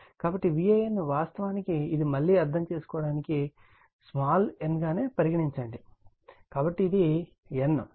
కాబట్టి VAN వాస్తవానికి ఇది మళ్ళీ అర్థం చేసుకోవడానికి n గా పరిగణించండి కాబట్టి ఇది n